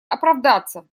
оправдаться